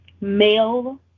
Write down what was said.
male